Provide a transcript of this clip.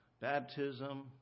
baptism